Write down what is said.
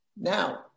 Now